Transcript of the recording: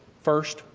first,